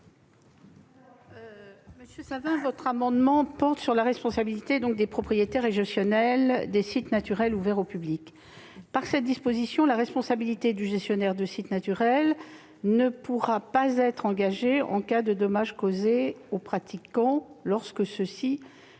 Monsieur Savin, votre amendement porte sur la responsabilité des propriétaires et des gestionnaires des sites naturels ouverts au public. Au travers de cette disposition, la responsabilité du gestionnaire de site naturel ne pourrait pas être engagée en cas de dommages causés aux pratiquants, si « ceux-ci résultent de la